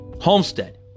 Homestead